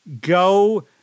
go